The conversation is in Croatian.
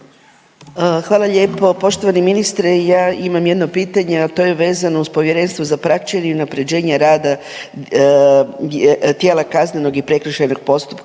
Hvala lijepo. Poštovani ministre ja imam jedno pitanje, a to je vezano uz Povjerenstvo za praćenje i unapređenje rada tijela kaznenog i prekršajnog postupka